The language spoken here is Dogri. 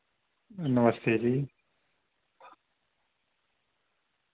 नमस्ते जी